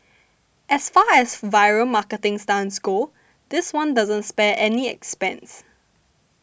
as far as viral marketing stunts go this one doesn't spare any expense